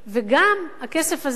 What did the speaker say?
וגם הכסף הזה